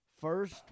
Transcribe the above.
first